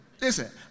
Listen